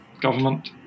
government